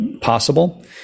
possible